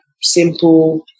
simple